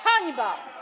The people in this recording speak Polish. Hańba!